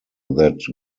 that